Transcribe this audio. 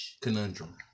conundrum